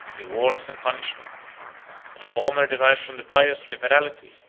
rewards and punishments the former derived from the pious liberality,